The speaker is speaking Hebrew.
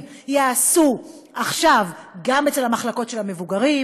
ייעשו עכשיו גם אצל המחלקות של המבוגרים,